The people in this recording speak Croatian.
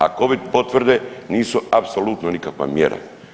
A Covid potvrde nisu apsolutno nikakva mjera.